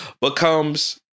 becomes